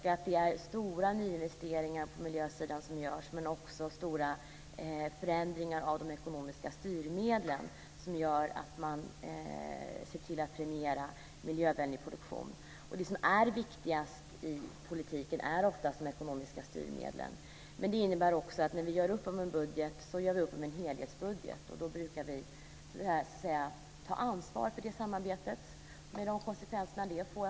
Det är stora nyinvesteringar på miljösidan som görs men också stora förändringar av de ekonomiska styrmedlen som premierar miljövänlig produktion. Det viktigaste i politiken är oftast de ekonomiska styrmedlen. När vi gör upp om en budget gör vi upp om en helhetsbudget. Då brukar vi ta ansvar för det samarbetet med de konsekvenser det får.